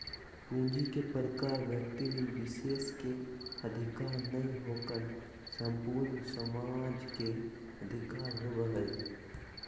पूंजी के प्रकार व्यक्ति विशेष के अधिकार नय होकर संपूर्ण समाज के अधिकार होबो हइ